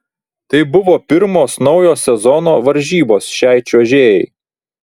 tai buvo pirmos naujo sezono varžybos šiai čiuožėjai